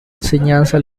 enseñanza